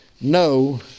No